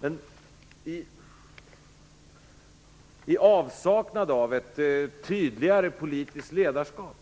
Men i avsaknad av ett tydligare politiskt ledarskap